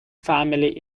family